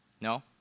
No